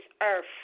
earth